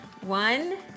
One